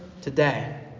today